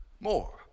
more